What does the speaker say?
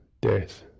death